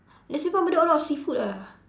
the simpang-bedok a lot of seafood ah